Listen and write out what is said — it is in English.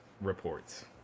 reports